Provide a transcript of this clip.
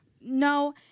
No